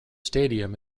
stadium